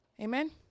Amen